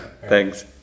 Thanks